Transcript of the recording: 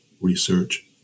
research